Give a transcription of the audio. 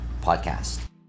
podcast